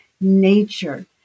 nature